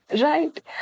Right